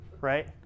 right